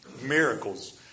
miracles